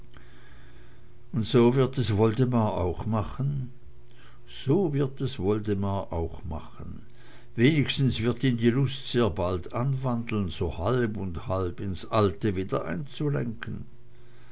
und so wird es woldemar auch machen so wird es woldemar auch machen wenigstens wird ihn die lust sehr bald anwandeln so halb und halb ins alte wieder einzulenken